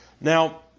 Now